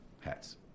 hats